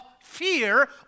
fear